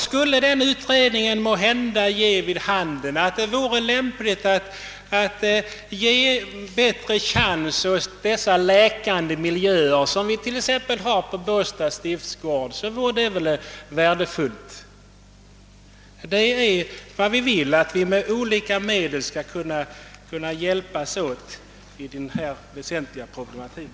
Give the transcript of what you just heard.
Skulle den utredningen ge vid handen att det vore lämpligt att ge bättre chans åt dessa läkande miljöer, som vi t.ex. har på Båstads stiftsgård, så vore det väl värdefullt. Vi vill att vi med alla medel skall hjälpas åt med denna väsentliga problematik.